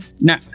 now